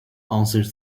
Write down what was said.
answered